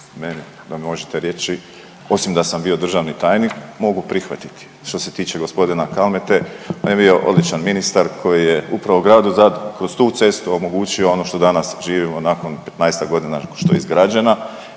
onda mi možete reći osim da sam bio državni tajnik mogu prihvatiti. Što se tiče gospodina Kalmete on je bio odličan ministar koji je upravo Gradu Zadru kroz tu cestu omogućio ono što danas živimo nakon 15-ak godina što je izgrađena.